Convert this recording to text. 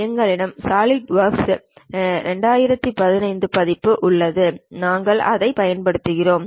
எங்களிடம் சாலிட்வொர்க்ஸ் 2015 பதிப்பு உள்ளது நாங்கள் அதைப் பயன்படுத்துகிறோம்